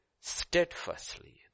steadfastly